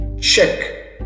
Check